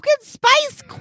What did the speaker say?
spice